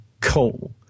coal